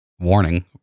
warning